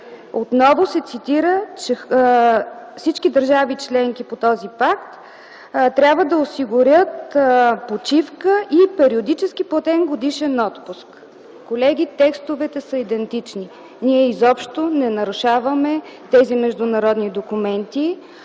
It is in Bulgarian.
Отново се цитира, че всички държави-членки по този пакт трябва да осигурят почивка и периодически платен годишен отпуск. Колеги, текстовете са идентични. Ние изобщо не нарушаваме тези международни документи.